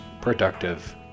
productive